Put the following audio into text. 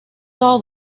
saw